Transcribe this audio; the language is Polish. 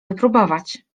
wypróbować